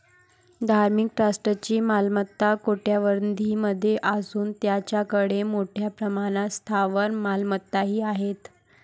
धार्मिक ट्रस्टची मालमत्ता कोट्यवधीं मध्ये असून त्यांच्याकडे मोठ्या प्रमाणात स्थावर मालमत्ताही आहेत